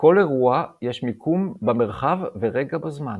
לכל אירוע יש מיקום במרחב ורגע בזמן.